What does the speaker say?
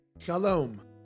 Shalom